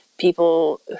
people